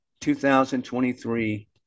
2023